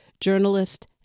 journalist